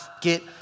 get